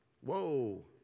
Whoa